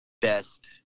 best